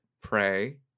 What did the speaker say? pray